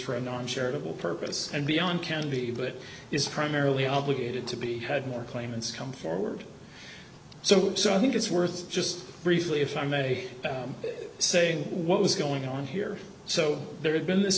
for and on charitable purposes and beyond can be but it is primarily obligated to be had more claimants come forward so so i think it's worth just briefly if i may say what was going on here so there had been this